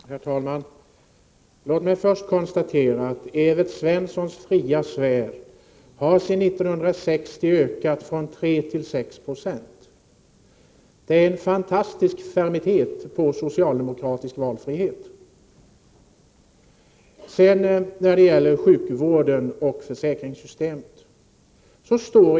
Herr talman! Låt mig först konstatera att Evert Svenssons fria sfär sedan 1960 har ökat från 3 till 6 26. Det är en fantastisk fermitet på socialdemokratisk valfrihet! Sedan till frågan om sjukvård och försäkringssystem.